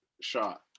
shot